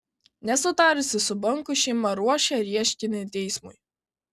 nesutarusi su banku šeima ruošia ieškinį teismui